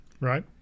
Right